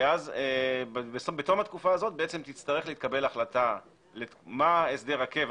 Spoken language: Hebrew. בתום התקופה הזו תתקבל החלטה לגבי הסדר הקבע